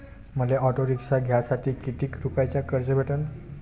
मले auto rickshaw घ्यासाठी कितीक रुपयाच कर्ज भेटनं?